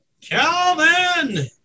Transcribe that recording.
Calvin